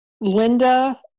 Linda